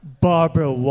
Barbara